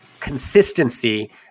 Consistency